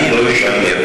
אני לא האשמתי אף